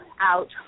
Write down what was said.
out